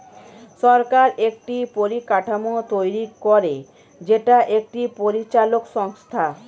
সরকার একটি পরিকাঠামো তৈরী করে যেটা একটি পরিচালক সংস্থা